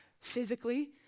physically